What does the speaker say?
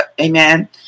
Amen